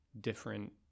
different